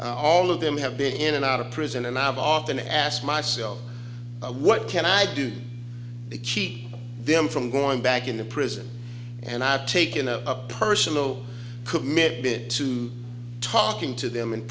all of them have been in and out of prison and i've often asked myself what can i do the key them from going back in the prison and i've taken a personal commit bit to talking to them and